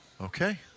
Okay